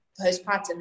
postpartum